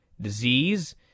disease